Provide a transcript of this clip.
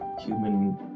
human